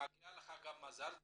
מגיע לך גם מזל טוב,